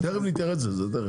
תיכף נתייחס לזה.